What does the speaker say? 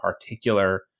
particular